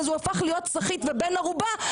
אז הוא הפך להיות סחיט ובן ערובה,